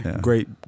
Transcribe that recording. Great